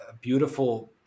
beautiful